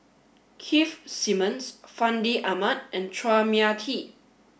Keith Simmons Fandi Ahmad and Chua Mia Tee